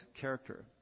character